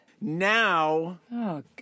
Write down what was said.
Now